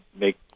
make